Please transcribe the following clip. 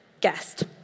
guest